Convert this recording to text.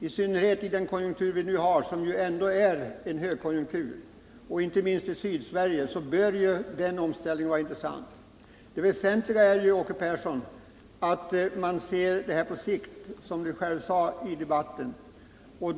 I synnerhet i den konjunktur vi nu har och som ju ändå är högkonjunktur, inte minst i Sydsverige, bör en sådan omställning vara intressant. Det väsentliga är ju, Åke Persson, att man ser denna fråga på sikt — det sade Åke Persson själv i sitt anförande.